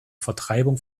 vertreibung